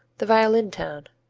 the violin town.